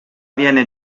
viene